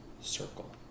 circle